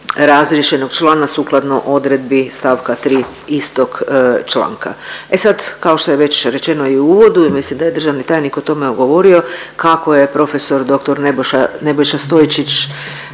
razriješenog člana sukladno odredbi st. 3 istog članka. E sad, kao što je već rečeno i u uvodu, mislim da je državni tajnik o tome govorio kako je profesor dr. Nebojša Stojčić